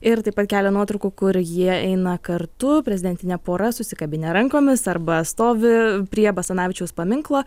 ir taip pat kelia nuotraukų kur jie eina kartu prezidentinė pora susikabinę rankomis arba stovi prie basanavičiaus paminklo